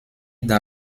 dans